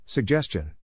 Suggestion